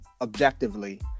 objectively